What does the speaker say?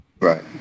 Right